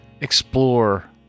explore